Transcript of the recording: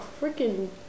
freaking